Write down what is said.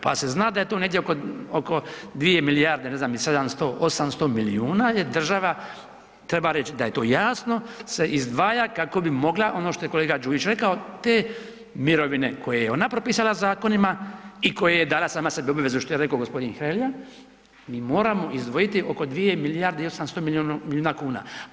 Pa se zna da je to negdje oko 2 milijarde ne znam i 700, 800 milijuna je država treba reć da je to jasno se izdvaja kako bi mogla, ono što je kolega Đujić rekao, te mirovine koje je ona propisala zakonima i koje je dala sama sebi obvezu, što je rekao gospodin Hrelja, mi moramo izdvojiti oko 2 milijarde i 800 milijuna kuna.